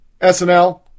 SNL